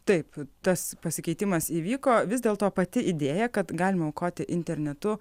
taip tas pasikeitimas įvyko vis dėl to pati idėja kad galima aukoti internetu